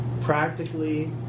practically